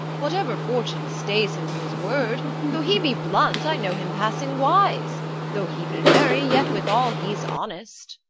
whatever fortune stays him from his word though he be blunt, i know him passing wise though he be merry, yet withal he's honest.